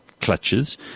clutches